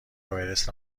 اورست